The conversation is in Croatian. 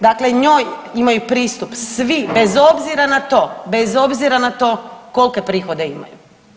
Dakle, njoj imaju pristup svi bez obzira na to, bez obzira na to kolike prihode imaju.